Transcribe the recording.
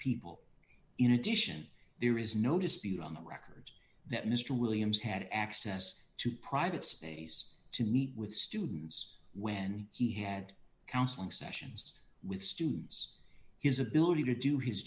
people in addition there is no dispute on the record that mr williams had access to private space to meet with students when he had counseling sessions with students his ability to do his